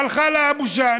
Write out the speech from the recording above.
הלכה לה הבושה.